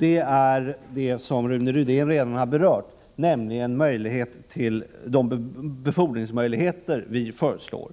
Det gäller, som Rune Rydén redan har berört, de befordringsmöjligheter som vi föreslår.